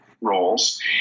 roles